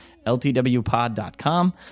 ltwpod.com